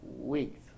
weeks